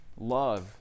Love